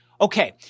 Okay